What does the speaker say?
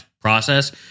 process